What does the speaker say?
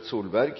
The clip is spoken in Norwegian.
til